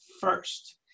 first